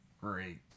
Great